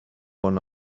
one